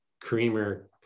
creamer